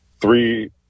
three